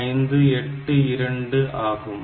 0582 ஆகும்